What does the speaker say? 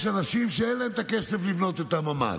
יש אנשים שאין להם את הכסף לבנות את הממ"ד,